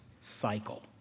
cycle